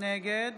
נגד